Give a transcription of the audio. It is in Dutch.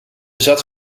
zet